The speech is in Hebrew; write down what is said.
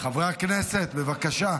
חברי הכנסת, בבקשה.